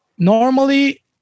Normally